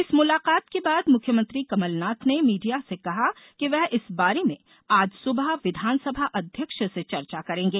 इस मुलाकात के बाद मुख्यमंत्री कमलनाथ ने मीडिया से कहा कि वे इस बारे में आज सुबह विधानसभा अध्यक्ष से चर्चा करेंगे